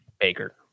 Baker